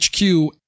HQ